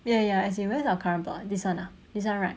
ya ya I see where is our current plot ah this one ah this one right